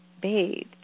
bathed